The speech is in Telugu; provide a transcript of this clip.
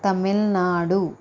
తమిళనాడు